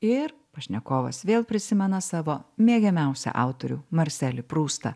ir pašnekovas vėl prisimena savo mėgiamiausią autorių marselį prustą